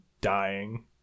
dying